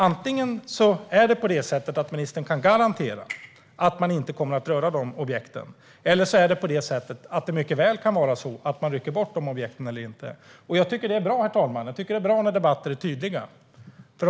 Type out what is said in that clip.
Antingen kan ministern garantera att man inte kommer att röra dessa objekt eller så kan det mycket väl vara så att man rycker bort dessa objekt. Jag tycker att det är bra när debatter är tydliga, herr talman.